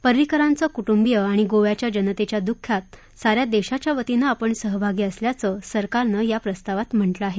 परिंकरांचे कुटुंबिय आणि गोव्याच्या जनतेच्या दुःखात सा या देशाच्या वतीनं आपण सहभागी असल्याचं सरकारनं या प्रस्तावात म्हटलं आहे